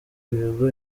ibigo